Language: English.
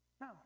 No